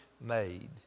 made